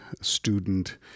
student